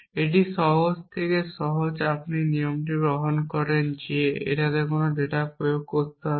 এটি সহজ থেকে সহজ আপনি এই নিয়মটি গ্রহণ করেন যে এখানে কোন ডেটা প্রয়োগ করতে হবে